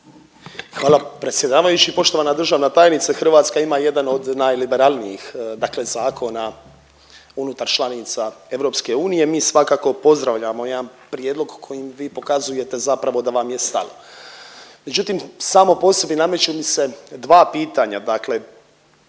Hvala predsjedavajući. Poštovana državna tajnice, Hrvatska ima jedan od najliberalnijih zakona unutar članica EU. Mi svakako pozdravljamo jedan prijedlog kojim vi pokazujete zapravo da vam je stalo. Međutim, samo po sebi nameću mi se dva pitanja, dakle